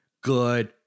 good